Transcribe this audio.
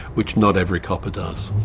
which not every copper does.